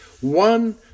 one